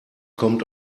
kommt